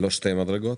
לא שתי מדרגות.